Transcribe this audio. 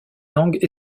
langues